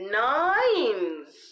nines